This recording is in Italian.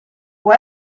può